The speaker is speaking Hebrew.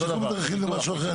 בטיחות בדרכים זה משהו אחר,